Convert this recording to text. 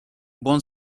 buon